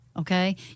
Okay